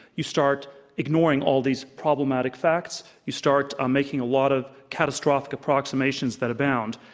you start ignoring all these problematic facts, you start um making a lot of catastrophic approximations that abound.